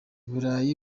burayi